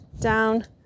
Down